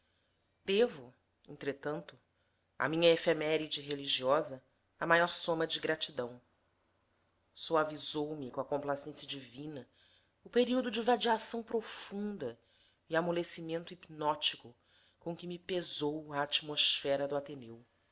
devo entretanto à minha efeméride religiosa a maior soma de gratidão suavizou me com a complacência divina o período de vadiação profunda e amolecimento hipnótico com que me pesou a atmosfera do ateneu